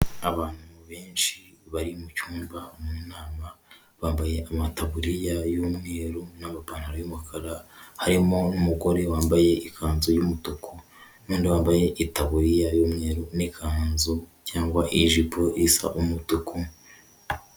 Abantu benshi bari mu cyumba mu nama, bambaye amataburiya y'umweru n'amapantaro y'umukara, harimo n'umugore wambaye ikanzu y'umutuku n'undi wambaye itaburiya y'umweru n'ikanzu cyangwa ijipo isa umutuku.